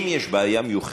אם יש בעיה מיוחדת,